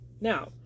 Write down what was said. Now